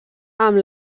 amb